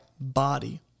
body